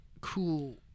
cool